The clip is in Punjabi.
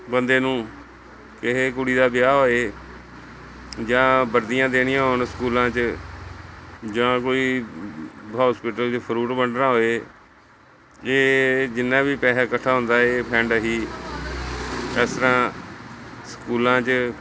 ਬੰਦੇ ਨੂੰ ਕਿਸੇ ਕੁੜੀ ਦਾ ਵਿਆਹ ਹੋਵੇ ਜਾਂ ਵਰਦੀਆਂ ਦੇਣੀਆਂ ਹੋਣ ਸਕੂਲਾਂ 'ਚ ਜਾਂ ਕੋਈ ਹੋਸਪੀਟਲ 'ਚ ਫਰੂਟ ਵੰਡਣਾ ਹੋਵੇ ਇਹ ਜਿੰਨਾ ਵੀ ਪੈਸਾ ਇਕੱਠਾ ਹੁੰਦਾ ਇਹ ਫੰਡ ਅਸੀਂ ਇਸ ਤਰ੍ਹਾਂ ਸਕੂਲਾਂ 'ਚ